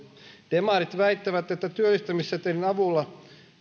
demarit väittävät että työllistämissetelin avulla